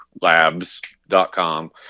labs.com